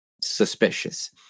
suspicious